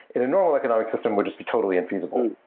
in a normal economic system would just be totally and feasible.